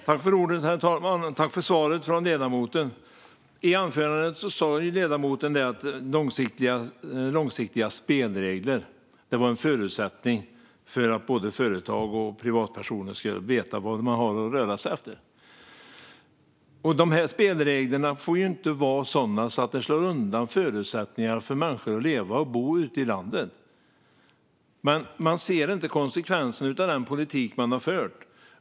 Herr talman! Jag tackar ledamoten för svaret. I sitt anförande sa ledamoten att långsiktiga spelregler var en förutsättning för att både företag och privatpersoner ska veta vad de har att rätta sig efter. Dessa spelregler får inte vara sådana att de slår undan förutsättningarna för människor att leva och bo ute i landet. Men man ser inte konsekvenserna av den politik som man har fört.